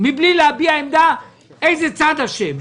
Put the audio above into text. מבלי להביע עמדה איזה צד אשם.